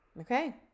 Okay